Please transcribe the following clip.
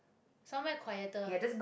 somewhere quieter